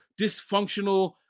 dysfunctional